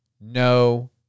no